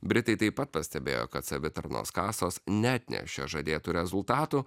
britai taip pat pastebėjo kad savitarnos kasos neatnešė žadėtų rezultatų